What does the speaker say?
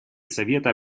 совета